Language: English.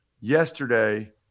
Yesterday